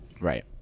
Right